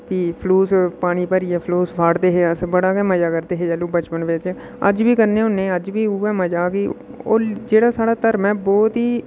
प्ही फलूस पानी भरियै फलूस फाड़दे हे अस बड़ा गै मजा करदे हे जाल्लू बचपन बिच्च अज्ज बी करने होने आं अज्ज बी उ'ऐ मजा पी जेह्ड़ा साढ़ा धर्म ऐ बोह्त ही